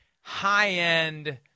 high-end